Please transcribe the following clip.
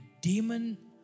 demon